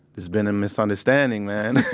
there's been a misunderstanding, man.